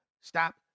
stop